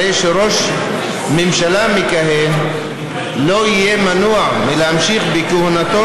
הרי שראש ממשלה מכהן לא יהיה מנוע מלהמשיך בכהונתו